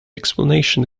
explanation